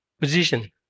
position